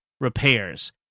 repairs